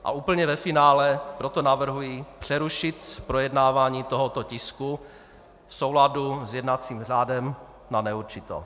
A úplně ve finále proto navrhuji přerušit projednávání tohoto tisku v souladu s jednacím řádem na neurčito.